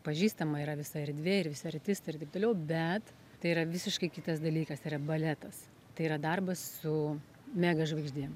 pažįstama yra visa erdvė ir visi artistai ir taip toliau bet tai yra visiškai kitas dalykas tai yra baletas tai yra darbas su mega žvaigždėm